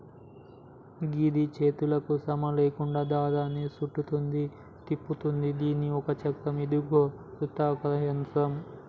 గిది చేతులకు శ్రమ లేకుండా దారాన్ని సుట్టుద్ది, తిప్పుతుంది దీని ఒక చక్రం ఇదొక వృత్తాకార యంత్రం